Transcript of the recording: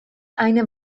eine